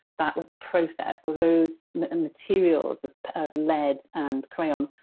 that was a process, or those materials of lead and crayon,